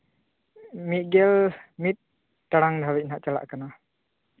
ᱢᱤᱫ ᱜᱮᱞ ᱢᱤᱫ ᱴᱟᱲᱟᱝ ᱫᱷᱟᱹᱵᱤᱡ ᱦᱟᱸᱜ ᱪᱟᱞᱟᱜ ᱠᱟᱱᱟ